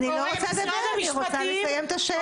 אני לא רוצה לדבר, אני רוצה לסיים את השאלה.